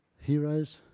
heroes